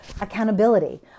accountability